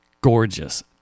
gorgeous